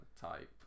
type